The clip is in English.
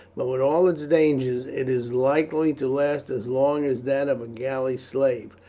but with all its dangers it is likely to last as long as that of a galley slave.